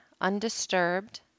undisturbed